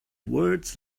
words